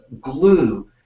glue